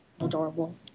adorable